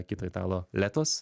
kito italo letos